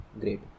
great